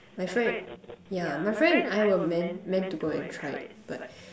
my friend yeah my friend and I were meant meant to go and try it but